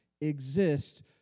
exist